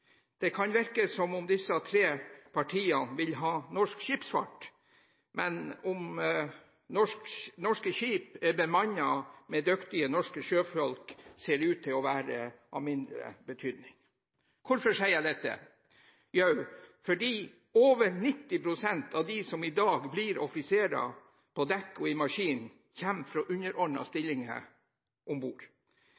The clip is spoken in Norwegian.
kan virke som om disse tre partiene vil ha norsk skipsfart, men om norske skip er bemannet med dyktige norske sjøfolk, ser ut til å være av mindre betydning for dem. Hvorfor sier jeg dette? Jo, fordi over 90 pst. av dem som i dag blir offiserer på dekk og i maskin, kommer fra